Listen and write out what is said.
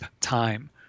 time